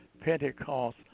Pentecost